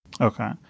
Okay